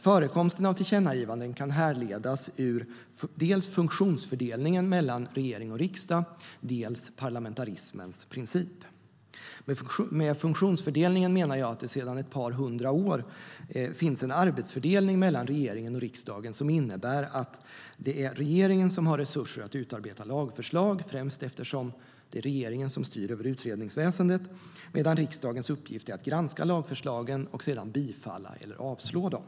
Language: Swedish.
Förekomsten av tillkännagivanden kan härledas ur dels funktionsfördelningen mellan regering och riksdag, dels parlamentarismens princip. Med funktionsfördelningen menar jag att det sedan ett par hundra år finns en arbetsfördelning mellan regeringen och riksdagen som innebär att det är regeringen som har resurser att utarbeta lagförslag, främst eftersom det är regeringen som styr över utredningsväsendet, medan riksdagens uppgift är att granska lagförslagen och att sedan bifalla eller avslå dem.